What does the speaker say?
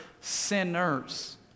sinners